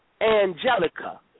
Angelica